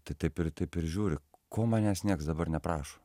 tai taip ir taip ir žiūriu ko manęs niekas dabar neprašo